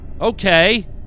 Okay